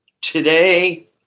Today